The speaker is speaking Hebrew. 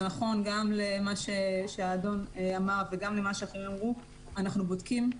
זה נכון גם לגבי מה שהאדון אמר וגם למה שאחרים אמרו: אנחנו תמיד בודקים,